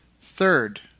Third